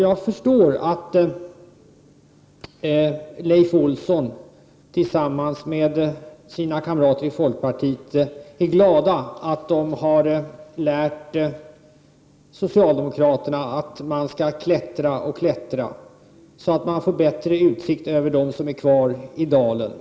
Jag förstår att Leif Olsson tillsammans med sina kamrater i folkpartiet är glada att de har lärt socialdemokraterna att man skall klättra och klättra så att man får bättre utsikt över dem som är kvar i dalen.